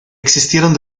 existieron